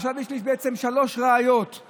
עכשיו, יש לי בעצם שלוש ראיות.